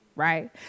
right